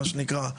מה שנקרא,